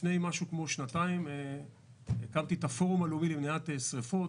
לפני כשנתיים הקמתי את הפורום הלאומי למניעת שריפות,